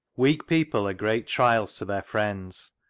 weak people are great trials to their friends,